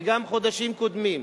וגם בחודשים קודמים,